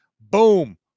Boom